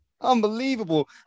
Unbelievable